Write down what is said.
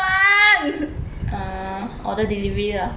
uh order delivery ah 很多